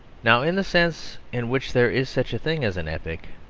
now in the sense in which there is such a thing as an epic,